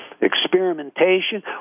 experimentation